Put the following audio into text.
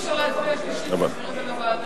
אי-אפשר להצביע על שלישית אם מחזירים את זה לוועדה.